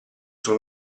sul